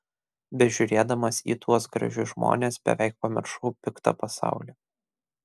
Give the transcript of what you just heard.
bežiūrėdamas į tuos gražius žmones beveik pamiršau piktą pasaulį